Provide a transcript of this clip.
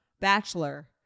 bachelor